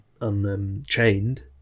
unchained